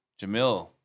Jamil